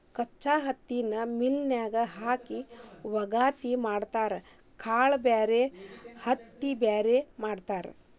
ಕಚ್ಚಾ ಹತ್ತಿನ ಮಿಲ್ ನ್ಯಾಗ ಹಾಕಿ ವಗಾತಿ ಮಾಡತಾರ ಕಾಳ ಬ್ಯಾರೆ ಹತ್ತಿ ಬ್ಯಾರೆ ಮಾಡ್ತಾರ